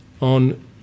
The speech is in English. on